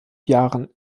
jahren